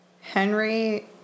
Henry